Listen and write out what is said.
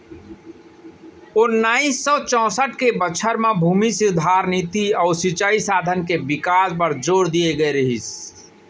ओन्नाइस सौ चैंसठ के बछर म भूमि सुधार नीति अउ सिंचई साधन के बिकास बर जोर दिए गए रहिस